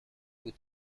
بود